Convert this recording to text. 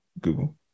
Google